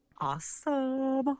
awesome